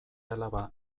alaba